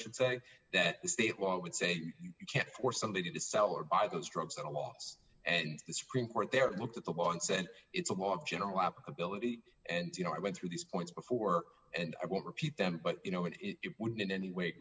should say that the state law would say you can't force somebody to sell or buy those drugs at a loss and the supreme court there looked at the law and said it's a law of general applicability and you know i went through these points before and i won't repeat them but you know and it wouldn't in any way